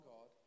God